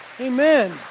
Amen